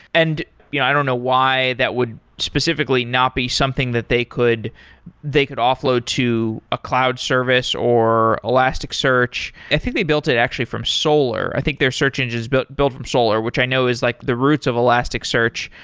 and i don't know why that would specifically not be something that they could they could offload to a cloud service, or elasticsearch. i think they built it actually from solar. i think their search engine is built built from solar, which i know is like the roots of elasticsearch,